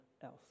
else